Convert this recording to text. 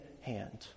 hand